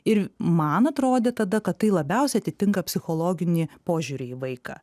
ir man atrodė tada kad tai labiausiai atitinka psichologinį požiūrį į vaiką